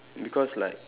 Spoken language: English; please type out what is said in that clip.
because like